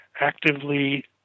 actively